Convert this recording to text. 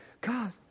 God